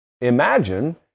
imagine